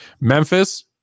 memphis